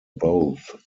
both